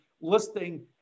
listing